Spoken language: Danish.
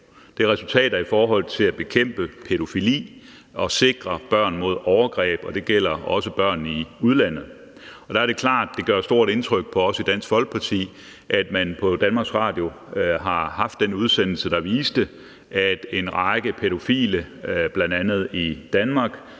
Det er resultater i forhold til at bekæmpe pædofili og sikre børn mod overgreb, og det gælder også børn i udlandet. Og der er det klart, det gør et stort indtryk på os i Dansk Folkeparti, at Danmarks Radio har haft en udsendelse, der viste, at en række pædofile, bl.a. i Danmark,